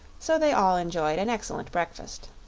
so they all enjoyed an excellent breakfast.